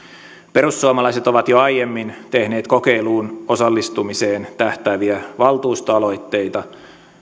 perussuomalaiset ovat jo aiemmin tehneet kokeiluun osallistumiseen tähtääviä valtuustoaloitteita